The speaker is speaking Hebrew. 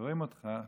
שומעים אותך,